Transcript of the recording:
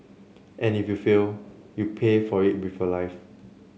and if you fail you pay for it before life